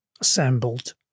assembled